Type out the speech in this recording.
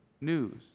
news